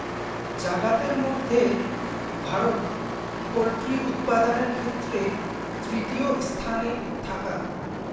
জাগাতের মধ্যে ভারত পোল্ট্রি উৎপাদানের ক্ষেত্রে তৃতীয় স্থানে থাকাং